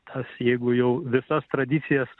tas jeigu jau visas tradicijas